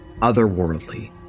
otherworldly